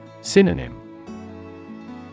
Synonym